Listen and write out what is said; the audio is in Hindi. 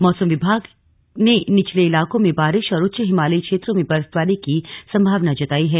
मौसम विभाग ने निचले इलाकों में बारिश और उच्च हिमालयी क्षेत्रों में बर्फबारी की संभावना जताई है